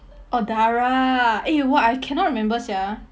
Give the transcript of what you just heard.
oh dara eh you !wah! I cannot remember sia